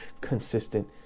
consistent